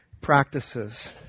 practices